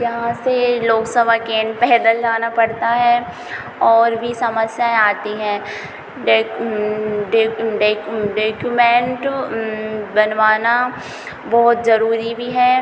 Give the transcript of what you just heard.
यहाँ से लोक सेवा केंद्र पैदल जाना पड़ता है और भी समस्याएँ आती हैं डेक डेक डेक्यूमेंट बनवाना बहुत ज़रूरी भी है